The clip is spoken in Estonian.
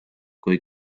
kui